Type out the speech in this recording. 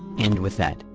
and with that,